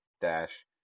dash